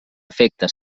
efecte